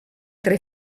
tre